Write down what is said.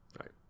right